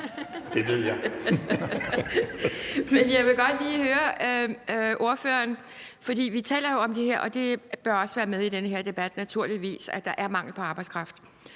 Det ved jeg). Men jeg vil godt lige høre ordføreren om noget, for vi taler jo om det her, som også bør være med i den her debat, naturligvis, nemlig at der er mangel på arbejdskraft.